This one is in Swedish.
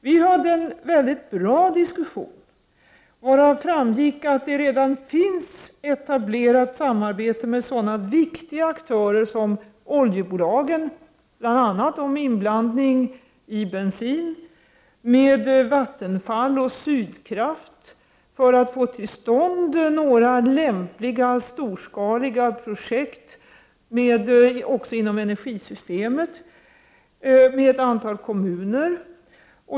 Vi hade en mycket bra diskussion, varav framgick att det redan finns etablerat samarbete med sådana viktiga aktörer som oljebolagen — bl.a. om inblandning i bensin — och med Vattenfall och Sydkraft för att få till stånd några lämpliga storskaliga projekt också inom energisystemet, och med ett antal kommuner.